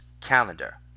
calendar